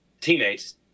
teammates